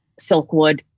Silkwood